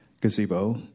gazebo